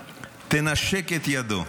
תנשק את ידו.